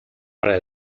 para